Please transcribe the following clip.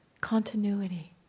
continuity